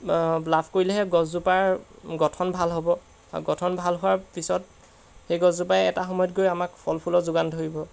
লাভ কৰিলেহে গছজোপাৰ গঠন ভাল হ'ব আৰু গঠন ভাল হোৱাৰ পিছত সেই গছজোপাই এটা সময়ত গৈ আমাক ফল ফুলৰ যোগান ধৰিব